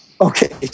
Okay